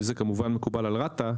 אם זה כמובן מקובל על רת"א,